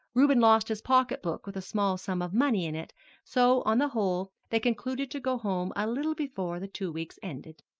reuben lost his pocketbook with a small sum of money in it so, on the whole, they concluded to go home a little before the two weeks ended.